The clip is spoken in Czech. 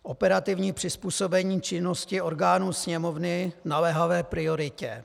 Operativní přizpůsobení činnosti orgánů Sněmovny v naléhavé prioritě.